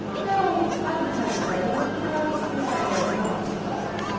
no. advertisement writing is an art to which i dare not aspire.